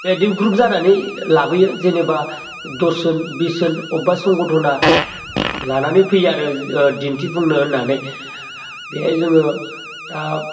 बेबायदिनो ग्रुप जानानै लाबोयो जेनोबा दस जोन बिस जोन अबेबा संगथना लानानै फैयो आरो ओ दिन्थिफुंनो होननानै बेहाय जोङो दा